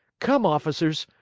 come, officers!